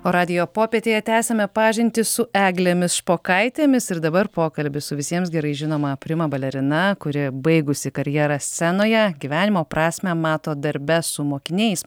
o radijo popietėje tęsiame pažintį su eglėmis špokaitėmis ir dabar pokalbis su visiems gerai žinoma prima balerina kuri baigusi karjerą scenoje gyvenimo prasmę mato darbe su mokiniais